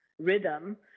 rhythm